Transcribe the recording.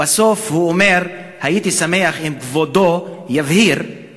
ובסוף הוא אומר: הייתי שמח אם כבודו יבהיר,